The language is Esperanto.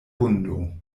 vundo